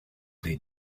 need